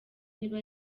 niba